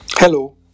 Hello